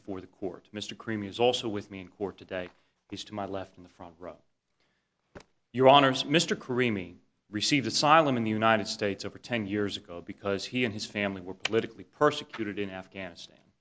before the court mr creme is also with me in court today is to my left in the front row your honour's mr creaming received asylum in the united states over ten years ago because he and his family were politically persecuted in afghanistan